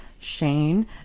Shane